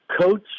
coach